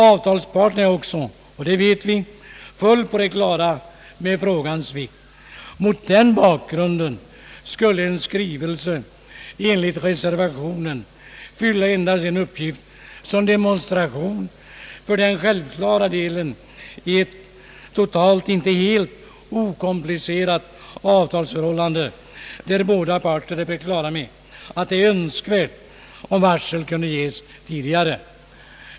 Avtalsparten är också — och det vet vi — fullt på det klara med frågans vikt. Mot den bakgrunden skulle en skrivelse enligt reservationen fylla endast en uppgift som demonstration för den självklara delen i ett totalt inte okomplicerat = avtalsförhållande, där båda parter är på det klara med att det är önskvärt att varsel kan ges tidigare.